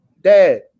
Dad